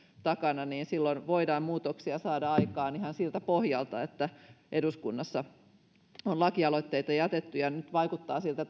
takana niin silloin voidaan muutoksia saada aikaan ihan siltä pohjalta että eduskunnassa on lakialoitteita jätetty nyt vaikuttaa siltä